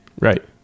Right